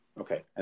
Okay